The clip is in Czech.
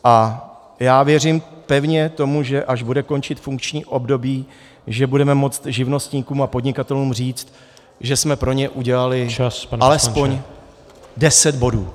A já věřím pevně tomu, že až bude končit funkční období, že budeme moct živnostníkům a podnikatelům říct, že jsme pro ně udělali aspoň deset bodů.